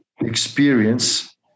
experience